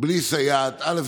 בלי סייעת, א.